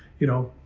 you know,